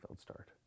start